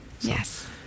Yes